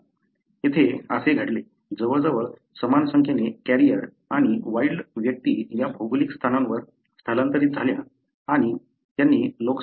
येथे असे घडले जवळजवळ समान संख्येने कॅरियर आणि वाइल्ड व्यक्ती या भौगोलिक स्थानावर स्थलांतरित झाल्या आणि त्यांनी लोकसंख्या वाढवली